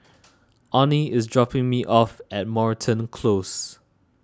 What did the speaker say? Onnie is dropping me off at Moreton Close